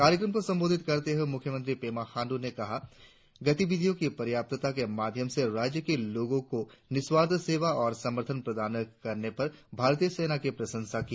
कार्यक्रम को संबोधित करते हुए मुख्यमंत्री पेमा खांडू ने कहा गतिविधियों की पर्याप्तता के माध्यम से राज्य के लोगों को निस्वार्थ सेवा और समर्थन प्रदान करने पर भारतीय सेना की प्रंशसा की